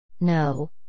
No